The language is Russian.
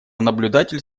наблюдатель